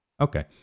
Okay